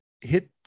hit